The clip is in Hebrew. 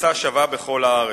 בפריסה שווה בכל הארץ,